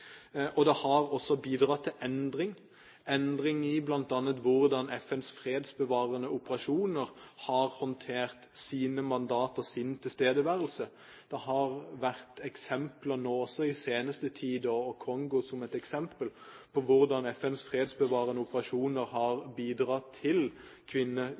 og den har også bidratt til endring, bl.a. i hvordan FNs fredsbevarende operasjoner har håndtert sine mandater og sin tilstedeværelse. Det har vært eksempler også i de seneste tider, f.eks. i Kongo, på hvordan FNs fredsbevarende operasjoner har bidratt til kvinneundertrykking og vold mot kvinner.